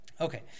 Okay